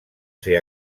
ser